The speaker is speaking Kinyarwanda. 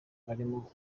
barimo